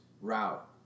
route